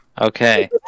Okay